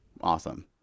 Awesome